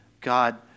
God